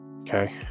Okay